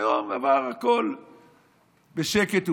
היום עבר הכול בשקט ובשלווה.